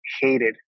hated